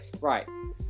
right